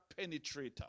penetrator